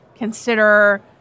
Consider